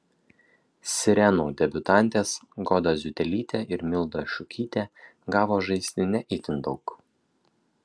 sirenų debiutantės goda ziutelytė ir milda šukytė gavo žaisti ne itin daug